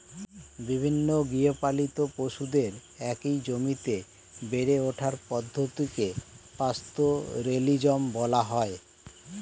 বিভিন্ন গৃহপালিত পশুদের একই জমিতে বেড়ে ওঠার পদ্ধতিকে পাস্তোরেলিজম বলা হয়